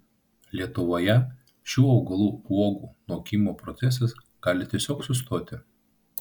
lietuvoje šių augalų uogų nokimo procesas gali tiesiog sustoti